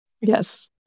yes